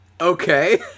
Okay